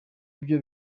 byo